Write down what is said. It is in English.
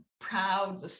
proud